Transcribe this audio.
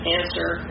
answer